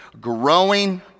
growing